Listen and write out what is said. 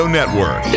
Network